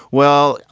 well,